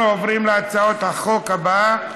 אנחנו עוברים להצעת החוק הבאה.